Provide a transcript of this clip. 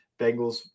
Bengals